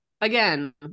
Again